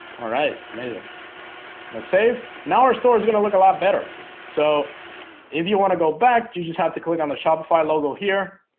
all right, amazing now save now our store is gonna look a lot better so if you want to go back, do you just have to click on the shopify logo here?